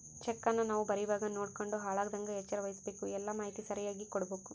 ಚೆಕ್ಕನ್ನ ನಾವು ಬರೀವಾಗ ನೋಡ್ಯಂಡು ಹಾಳಾಗದಂಗ ಎಚ್ಚರ ವಹಿಸ್ಭಕು, ಎಲ್ಲಾ ಮಾಹಿತಿ ಸರಿಯಾಗಿ ಕೊಡ್ಬಕು